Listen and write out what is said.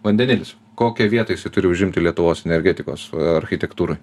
vandenilis kokią vietą jisai turi užimti lietuvos energetikos architektūroj